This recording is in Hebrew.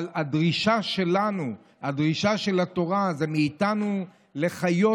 אבל הדרישה של התורה מאיתנו היא לחיות